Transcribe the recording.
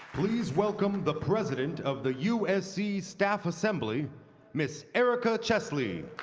please welcome the president of the usc staff assembly ms. erika chesley